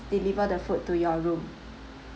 deliver the food to your room